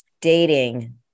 dating